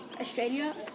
Australia